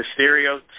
Mysterio